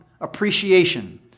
appreciation